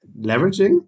leveraging